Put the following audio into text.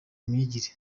myigire